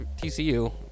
TCU